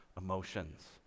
emotions